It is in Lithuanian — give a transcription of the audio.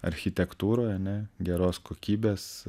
architektūroj ane geros kokybės